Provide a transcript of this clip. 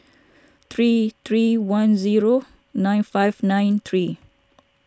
three three one zero nine five nine three